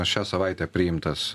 šią savaitę priimtas